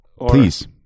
Please